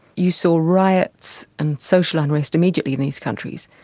you saw riots and social unrest immediately in these countries,